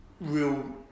real